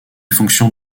fonctions